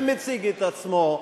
ומציג את עצמו,